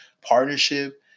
partnership